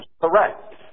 correct